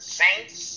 saints